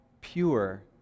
pure